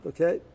Okay